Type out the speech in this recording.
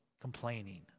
complaining